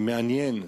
מעניין,